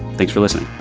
thanks for listening